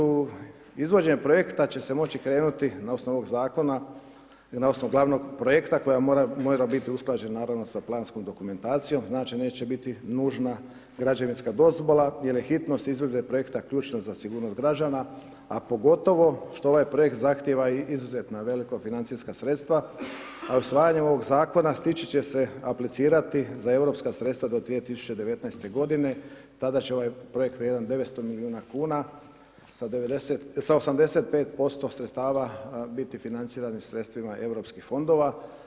U izvođenje projekta će se moći krenuti na osnovu ovog zakona, na osnovu glavnog projekta koji mora biti usklađen, naravno, sa planskom dokumentacijom, znači, neće biti nužna građevinska dozvola jer je hitnost izvođenja projekta ključna za sigurnost građana, a pogotovo što ovaj projekt zahtjeva i izuzetno velika financijska sredstva, a usvajanjem ovog zakona stići će se aplicirati za europska sredstva do 2019. godine, tada će ovaj projekt vrijedan 900 milijuna kuna sa 85% sredstava biti financiran sredstvima europskih fondova.